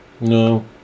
No